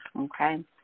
Okay